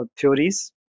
theories